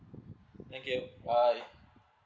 thank you bye